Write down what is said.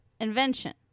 invention